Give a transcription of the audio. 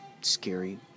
scary